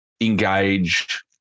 engage